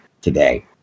today